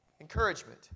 encouragement